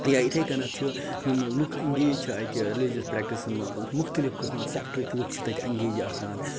یا یِتھے کٔنیٚتھ چھُ یِم لُکھ ایٚنگیج چھِ اَتہِ رِلیٖجَس پرٛیٚکٹِسن مَنٛز مُختلِف قٕسمٕکۍ سیٚکٹرک لُکھ چھِ تَتہِ ایٚنگیج آسان